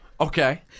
Okay